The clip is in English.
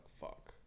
fuck